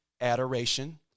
adoration